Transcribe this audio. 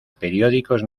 periódicos